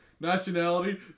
nationality